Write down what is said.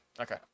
Okay